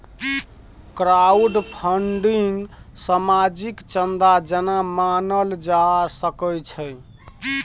crowdfunding सामाजिक चन्दा जेना मानल जा सकै छै